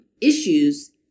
issues